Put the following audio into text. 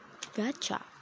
gacha